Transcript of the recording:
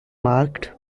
marked